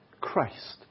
Christ